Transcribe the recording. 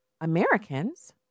Americans